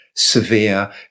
Severe